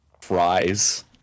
fries